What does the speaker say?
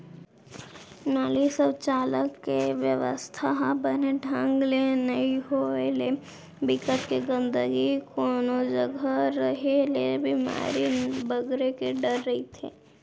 नाली, सउचालक के बेवस्था ह बने ढंग ले नइ होय ले, बिकट के गंदगी कोनो जघा रेहे ले बेमारी बगरे के डर रहिथे